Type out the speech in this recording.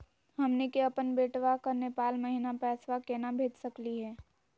हमनी के अपन बेटवा क नेपाल महिना पैसवा केना भेज सकली हे?